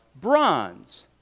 Bronze